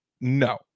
no